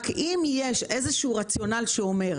רק אם יש איזשהו רציונל שאומר: